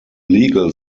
legal